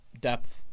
depth